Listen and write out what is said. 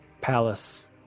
palace